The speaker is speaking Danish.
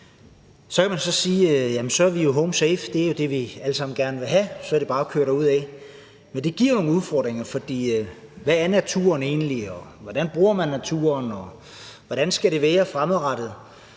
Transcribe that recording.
Man kan sige, at så er vi jo home safe. Det er jo det, vi alle sammen gerne vil have. Så er det bare at køre derudad. Men det giver jo nogle udfordringer, for hvad er naturen egentlig? Hvordan bruger man naturen, og hvordan skal det være fremadrettet?